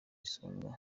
isonga